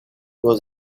was